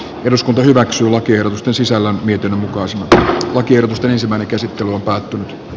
eduskunta hyväksyy lakiehdotusta sisällä mietin onko se nyt päätetään lakiehdotusten sisällöstä